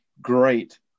Great